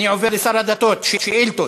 אני עובר לשר הדתות, שאילתות.